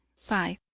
five.